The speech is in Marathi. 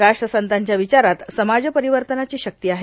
राष्ट्रसंतांच्या विचारात समाजपरिवर्तनाची शक्ती आहे